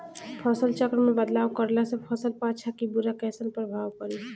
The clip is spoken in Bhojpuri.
फसल चक्र मे बदलाव करला से फसल पर अच्छा की बुरा कैसन प्रभाव पड़ी?